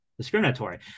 Discriminatory